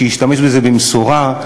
שישתמש בזה במשורה,